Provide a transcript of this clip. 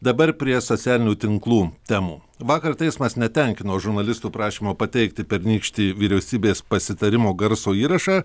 dabar prie socialinių tinklų temų vakar teismas netenkino žurnalistų prašymo pateikti pernykštį vyriausybės pasitarimo garso įrašą